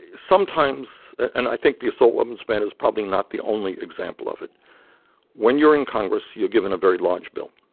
sometimes and i think the assault weapons ban is probably not the only example of it when you're in congress, you're given a very large bill.